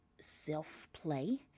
self-play